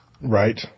Right